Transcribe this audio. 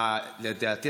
לדעתי,